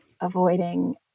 avoiding